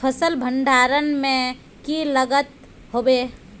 फसल भण्डारण में की लगत होबे?